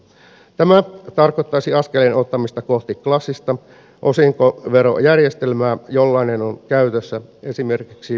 tämä tarkoittaisi askeleen ottamista kohti klassista osinkoverojärjestelmää jollainen on käytössä esimerkiksi usassa